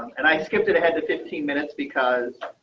and i skipped it ahead to fifteen minutes because